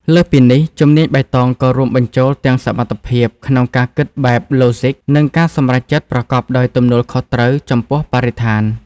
លើសពីនេះ ជំនាញបៃតងក៏រួមបញ្ចូលទាំងសមត្ថភាពក្នុងការគិតបែបឡូហ្ស៊ិក និងការសម្រេចចិត្តប្រកបដោយទំនួលខុសត្រូវចំពោះបរិស្ថាន។